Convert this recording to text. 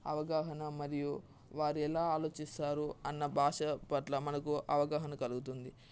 అవగాహన మరియు వారి ఎలా ఆలోచిస్తారు అన్న భాష పట్ల మనకు అవగాహన కలుగుతుంది